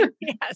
Yes